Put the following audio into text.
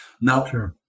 Now